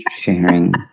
Sharing